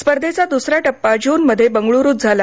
स्पर्धेचा दुसरा टप्पा ज्रन मध्ये बंगळ्रूत झाला